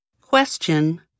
Question